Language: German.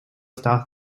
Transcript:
stars